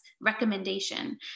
recommendation